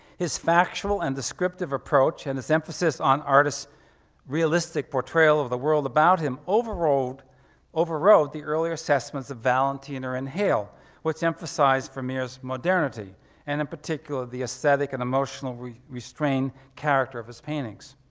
his factual and descriptive approach and his emphasis on artists realistic portrayal of the world about him overrode overrode the earlier assessments of valentina and hale which emphasized vermeer's modernity and in particular the aesthetic and emotional restrained character of his paintings.